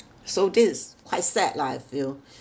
so this is quite sad lah I feel